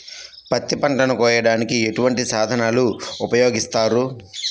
పత్తి పంటను కోయటానికి ఎటువంటి సాధనలు ఉపయోగిస్తారు?